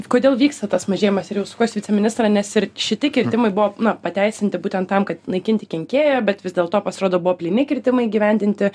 kodėl vyksta tas mažėjimas ir jau sukuos į viceministrą nes ir šiti kirtimai buvo na pateisinti būtent tam kad naikinti kenkėją bet vis dėlto pasirodo buvo plyni kirtimai įgyvendinti